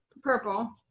Purple